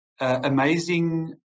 amazing